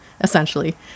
essentially